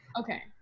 okay